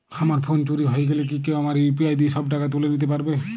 আমার ফোন চুরি হয়ে গেলে কি কেউ আমার ইউ.পি.আই দিয়ে সব টাকা তুলে নিতে পারবে?